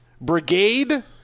Brigade